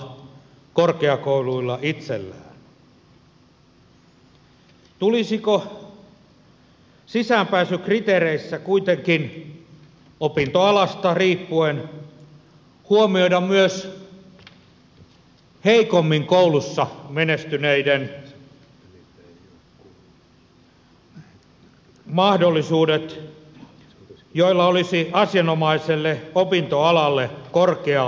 tulisiko sisäänpääsykriteereissä kuitenkin opintoalasta riippuen huomioida myös heikommin koulussa menestyneiden mahdollisuudet joilla olisi asianomaiselle opintoalalle korkea motivaatiotaso